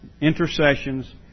intercessions